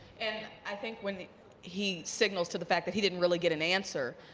and i think when he signaled to the fact that he didn't really get an answer,